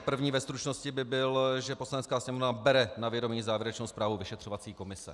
První ve stručnosti by byl, že Poslanecká sněmovna bere na vědomí závěrečnou zprávu vyšetřovací komise.